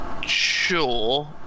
Sure